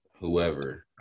whoever